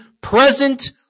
present